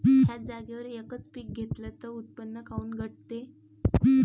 थ्याच जागेवर यकच पीक घेतलं त उत्पन्न काऊन घटते?